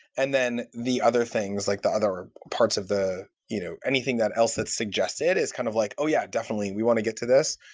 and then, the other things, like the other parts of the you know anything that elsa had suggested is kind of like oh, yeah, definitely. we want to get to this.